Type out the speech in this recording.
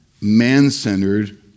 man-centered